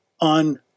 on